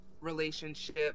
relationship